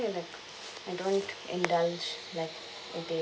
like I don't indulge like in